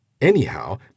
Anyhow